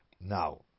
Now